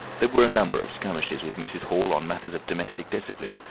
there were a number of skirmishes with mrs. hall on matters of domestic discipline,